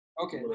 Okay